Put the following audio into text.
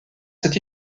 s’est